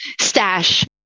stash